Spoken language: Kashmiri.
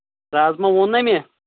رازما ووٚن نہ مےٚ